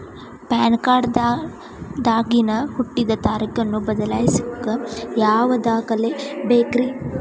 PAN card ದಾಗಿನ ಹುಟ್ಟಿದ ತಾರೇಖು ಬದಲಿಸಾಕ್ ಯಾವ ದಾಖಲೆ ಬೇಕ್ರಿ?